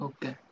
Okay